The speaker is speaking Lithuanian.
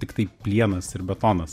tiktai plienas ir betonas